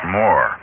more